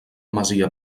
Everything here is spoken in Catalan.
masia